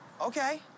Okay